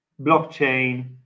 blockchain